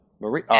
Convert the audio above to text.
Marie